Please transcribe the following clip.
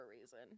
reason